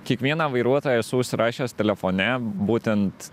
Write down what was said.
kiekvieną vairuotoją esu užsirašęs telefone būtent